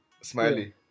Smiley